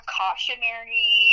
cautionary